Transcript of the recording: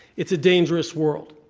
it's a dangerous world,